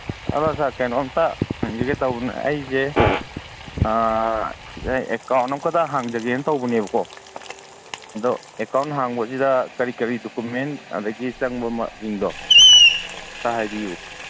hello sir ꯀꯩꯅꯣꯝꯇ ꯍꯪꯖꯒꯦ ꯇꯧꯕꯅꯦ ꯑꯩꯁꯦ ꯑꯦꯀꯥꯎꯟ ꯑꯃ ꯈꯛꯇ ꯍꯥꯡꯖꯒꯦ ꯇꯧꯕꯅꯦꯕꯀꯣ ꯑꯗꯣ ꯑꯦꯀꯥꯎꯟ ꯍꯥꯡꯕꯁꯤꯗ ꯀꯔꯤ ꯀꯔꯤ ꯗꯣꯀꯨꯃꯦꯟ ꯑꯗꯒꯤ ꯆꯪꯕꯁꯤꯡꯗꯣ ꯑꯝꯇ ꯍꯥꯏꯕꯤꯌꯨ